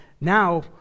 now